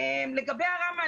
לגבי הראמ"ה,